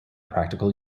practical